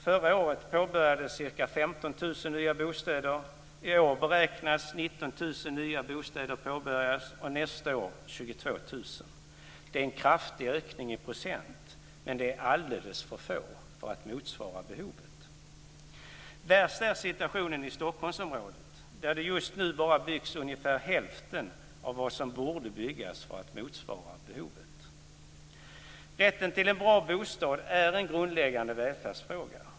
Förra året påbörjades ca 15 000 nya bostäder. I år beräknas 19 000 nya bostäder påbörjas och nästa år 22 000. Det är en kraftig ökning i procent, med det är alldeles för få för att motsvara behovet. Värst är situationen i Stockholmsområdet där det just nu bara byggs ungefär hälften av vad som borde byggas för att motsvara behovet. Rätten till en bra bostad är en grundläggande välfärdsfråga.